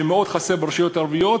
שמאוד חסר ברשויות הערביות,